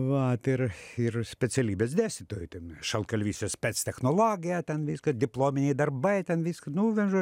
vat ir ir specialybės dėstytoju šaltkalvystės spec technologija ten viską diplominiai darbai ten viską nu vien žo